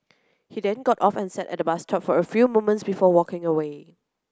he then got off and sat at the bus stop for a few moments before walking away